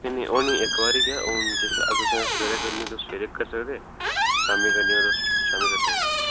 होनी इक्क बारी गै अगर तुस सबेरै करनी ते सबेरै गै शामीं करनी होऐ ते शामीं करी सकदे